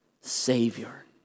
Savior